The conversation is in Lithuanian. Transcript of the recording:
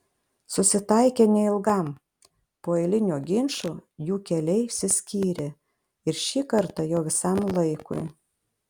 susitaikė neilgam po eilinio ginčo jų keliai išsiskyrė ir šį kartą jau visam laikui